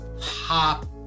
pop